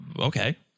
okay